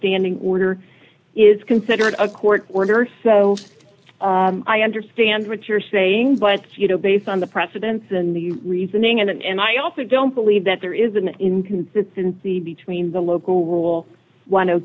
standing order is considered a court order so i understand what you're saying but you know based on the precedent in the reasoning and i also don't believe that there is an inconsistency between the local rule